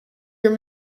your